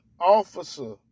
Officer